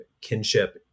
kinship